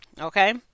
Okay